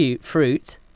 fruit